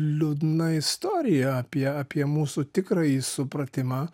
liūdna istorija apie apie mūsų tikrąjį supratimą